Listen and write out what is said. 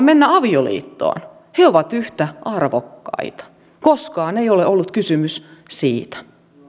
mennä avioliittoon he ovat yhtä arvokkaita koskaan ei ole ollut kysymys siitä